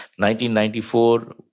1994